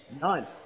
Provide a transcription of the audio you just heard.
None